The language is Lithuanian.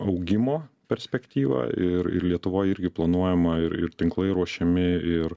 augimo perspektyvą ir ir lietuvoj irgi planuojama ir ir tinklai ruošiami ir